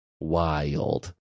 wild